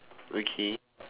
okay